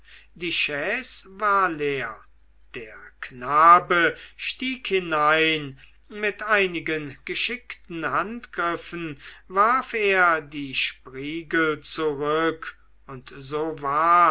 die chaise war leer der knabe stieg hinein mit einigen geschickten handgriffen warf er die spriegel zurück und so war